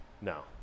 No